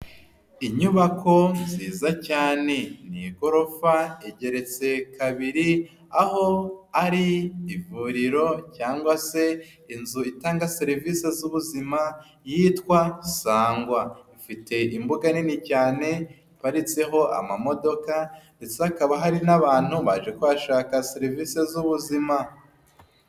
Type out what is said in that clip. Inyubako nziza cyane ni igorofa igeretse kabiri aho ari ivuriro cyangwa se inzu itanga serivise z'ubuzima yitwa Sangwa. Ifite imbuga nini cyane iparitseho amamodoka ndetse akaba hari n'abantu baje kuhashaka serivise z'ubuzima.